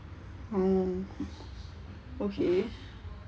hmm okay